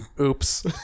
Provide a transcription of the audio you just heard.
oops